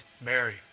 Mary